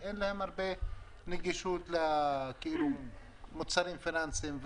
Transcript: שאין להם הרבה נגישות למוצרים פיננסיים,